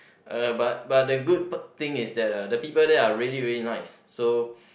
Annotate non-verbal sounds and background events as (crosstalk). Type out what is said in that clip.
uh but but the good (noise) thing is that uh the people there are really really nice so